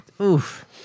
Oof